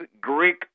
Greek